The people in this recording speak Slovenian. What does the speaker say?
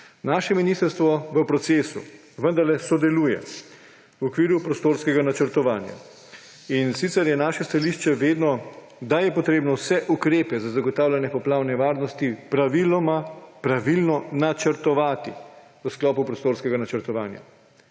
Naše ministrstvo v procesu vendarle sodeluje v okviru prostorskega načrtovanja, in sicer je naše stališče vedno, da je potrebno vse ukrepe za zagotavljanje poplavne varnosti praviloma pravilno načrtovati v sklopu prostorskega načrtovanja,